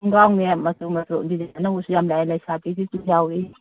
ꯈꯣꯡꯒꯥꯎꯅꯦ ꯃꯆꯨ ꯃꯆꯨ ꯑꯅꯧꯕꯁꯨ ꯌꯥꯝ ꯂꯥꯛꯑꯦ ꯂꯩꯁꯥꯕꯤꯒꯤꯁꯨ ꯌꯥꯎꯏ